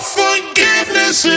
forgiveness